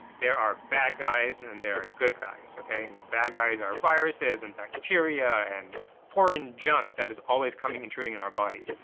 there are bad guys and then there are good guys, okay? and the bad guys are viruses and bacteria and foreign junk that is always coming, intruding in our body.